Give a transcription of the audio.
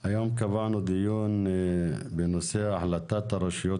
היום קבענו דיון בנושא החלטת הרשויות